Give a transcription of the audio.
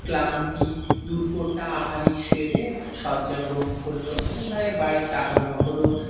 ক্লান্তি দূর করতে আহারই সেরে শয্যা গ্রহণ করলো কোথায় বাড়ির চাকর বাকরও